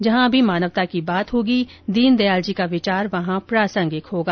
जहां भी मानवता की बात होगी दीनदयाल जी का विचार वहां प्रासंगिक होगा